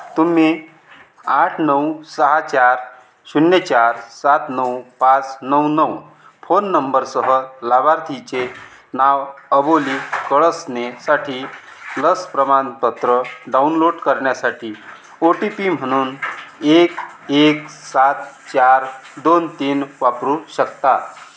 तुम्ही आठ नऊ सहा चार शून्य चार सात नऊ पाच नऊ नऊ फोन नंबरसोबत लाभार्थीचे नाव अबोली कळसणेसाठी लस प्रमाणपत्र डाउनलोड करण्यासाठी ओ टी पी म्हणून एक एक सात चार दोन तीन वापरू शकता